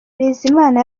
bizimana